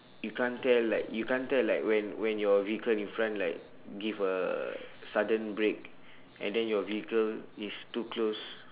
you can't tell like you can't tell like when when your vehicle in front like give a sudden break and then your vehicle is too close